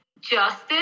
Justice